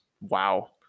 wow